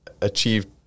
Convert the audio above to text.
achieved